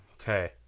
Okay